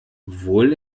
wohl